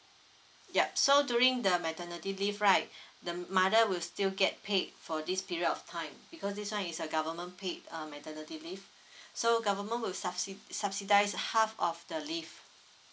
yup so during the maternity leave right the mother will still get paid for this period of time because this [one] is a government paid um maternity leave so government would subsi~ subsidise half of the leave